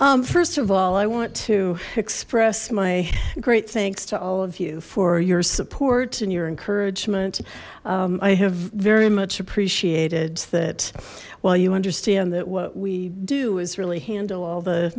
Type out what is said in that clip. right first of all i want to express my great thanks to all of you for your support and your encouragement i have very much appreciated that well you understand that what we do is really handle all the